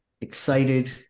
excited